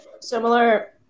similar